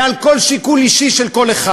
מעל כל שיקול אישי של כל אחד.